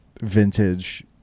vintage